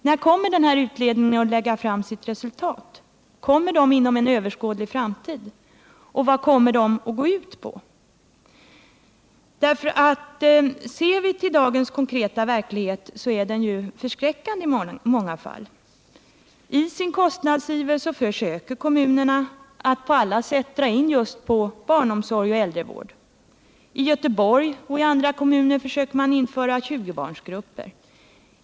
När kommer utredningen att lägga fram sitt resultat? Kommer vi att få några normer inom en överskådlig framtid, och vad kommer dessa i så fall att gå ut på? Ser vi till dagens konkreta verklighet, så finner vi att den i många fall är förskräckande. I sin kostnadsiver försöker kommunerna att på allt sätt dra in just på barnomsorg och äldrevård. I Göteborg och i andra kommuner försöker man införa 20-barnsgrupper.